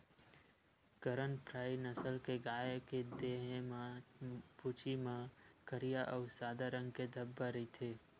करन फ्राइ नसल के गाय के देहे म, पूछी म करिया अउ सादा रंग के धब्बा रहिथे